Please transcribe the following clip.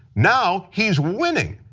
now he is winning.